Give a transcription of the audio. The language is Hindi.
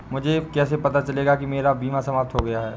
मुझे कैसे पता चलेगा कि मेरा बीमा समाप्त हो गया है?